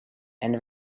and